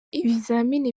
ibizamini